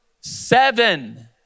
seven